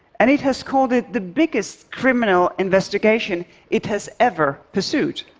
and it has called it the biggest criminal investigation it has ever pursued.